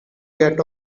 get